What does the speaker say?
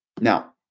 Now